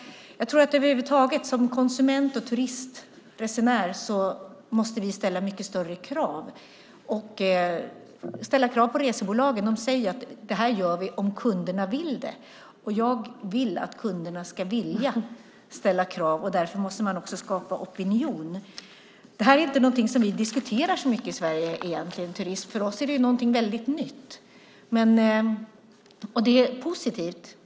Jag tror att vi som konsumenter och turistresenärer måste ställa mycket högre krav på resebolagen. De säger att de gör vissa åtaganden - om kunderna vill det. Och jag vill att kunderna ska vilja ställa krav. Därför måste man också skapa opinion. Vi diskuterar inte turism särskilt mycket i Sverige. Det är för oss någonting väldigt nytt.